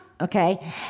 okay